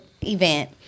event